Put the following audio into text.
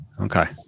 okay